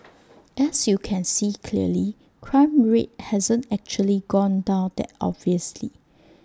as you can see clearly crime rate hasn't actually gone down that obviously